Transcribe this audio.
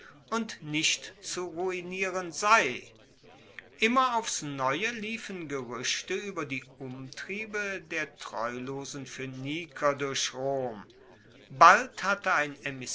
und nicht zu ruinieren sei immer aufs neue liefen geruechte ueber die umtriebe der treulosen phoeniker durch rom bald hatte ein